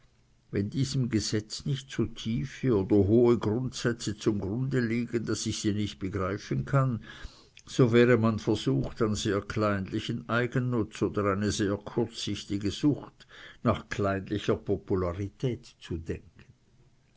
wenn diesem gesetz nicht so tiefe oder hohe grundsätze zum grunde liegen daß ich sie nicht begreifen kann so wäre man versucht an sehr kleinlichen eigennutz oder eine sehr kurzsichtige sucht nach kleinlicher popularität zu denken